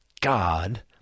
God